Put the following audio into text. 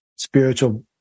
spiritual